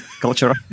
culture